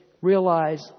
realize